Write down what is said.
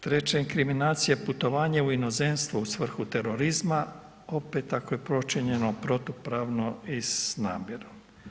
Treća inkriminacija, putovanje u inozemstvo u svrhu terorizma, opet je počinjeno protupravno i s namjerom.